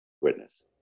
witness